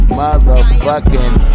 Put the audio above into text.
motherfucking